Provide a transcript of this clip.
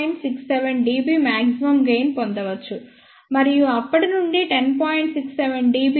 67 dB maximum gain పొందవచ్చు మరియు అప్పటి నుండి 10